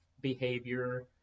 behavior